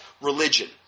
religion